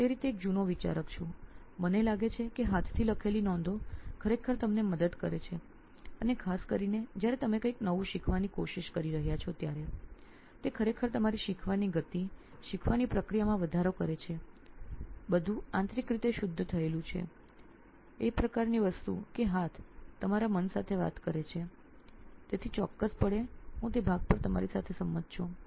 હું તે રીતે એક જુનો વિચારક છું કે મને લાગે છે કે હાથથી લખેલી નોંધો ખરેખર તમને મદદ કરે છે અને ખાસ કરીને જ્યારે તમે કંઇક નવું શીખવાની કોશિશ કરી રહ્યાં છો ત્યારે તે ખરેખર તમારી શીખવાની ગતિ શીખવાની પ્રક્રિયામાં વધારો કરે છે બધું આંતરિક રીતે શુદ્ધ થયેલું છે એ પ્રકારની વસ્તુ કે હાથ તમારા મન સાથે વાત કરે છે તેથી ચોક્કસપણે હું તે ભાગ પર તમારી સાથે સંમત છું